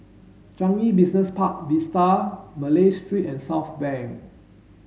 Changi Business Park Vista Malay Street and Southbank